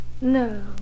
No